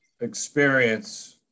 experience